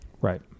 Right